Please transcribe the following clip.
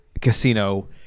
casino